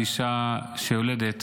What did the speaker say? אישה שיולדת